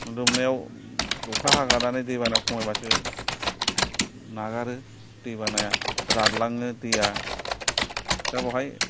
लोमनायाव अखा हागानानै दै बाना खमायबासो नागारो दै बानाया रानलाङो दैआ दा बेवहाय